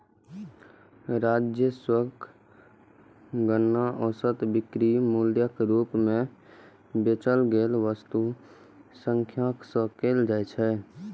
राजस्वक गणना औसत बिक्री मूल्यक रूप मे बेचल गेल वस्तुक संख्याक सं कैल जाइ छै